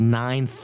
nine